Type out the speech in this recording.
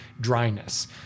dryness